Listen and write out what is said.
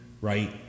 right